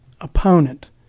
opponent